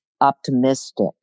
optimistic